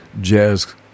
jazz